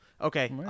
Okay